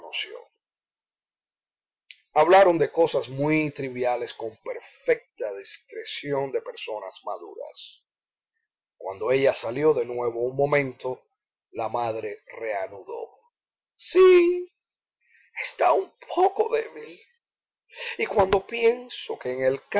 hablaron de cosas muy triviales con perfecta discreción de personas maduras cuando ella salió de nuevo un momento la madre reanudó sí está un poco débil y cuando pienso que en el